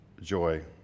joy